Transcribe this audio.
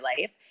life